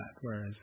whereas